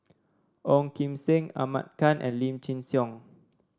Ong Kim Seng Ahmad Khan and Lim Chin Siong